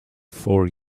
four